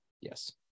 Yes